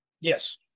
Yes